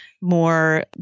more